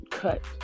Cut